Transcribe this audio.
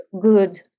good